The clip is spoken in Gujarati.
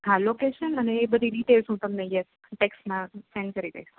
હા લોકેશન અને એ બધી ડિટેલ્સ હું તમને યેસ ટેક્સ્ટ માં સેન્ડ કરી દઇશ